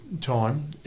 time